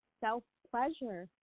self-pleasure